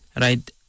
right